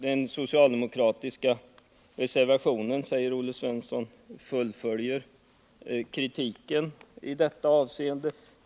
Den socialdemokratiska reservationen fullföljer kritiken i detta avseende, säger Olle Svensson.